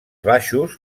baixos